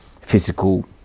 physical